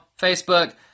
Facebook